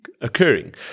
occurring